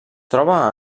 troba